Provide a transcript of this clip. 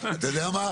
אתה יודע מה?